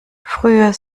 früher